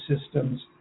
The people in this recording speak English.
systems